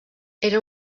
era